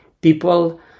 people